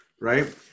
right